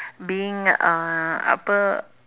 being uh apa